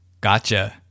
Gotcha